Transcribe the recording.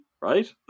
right